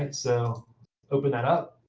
and so open that up.